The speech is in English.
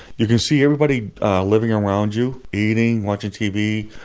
you can see everybody living around you, eating, watching tv,